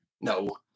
No